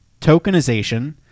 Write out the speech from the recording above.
tokenization